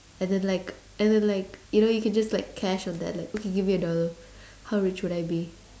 and then like and then like you know you can just like cash on that like okay give me a dollar how rich would I be